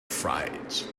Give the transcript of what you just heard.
fright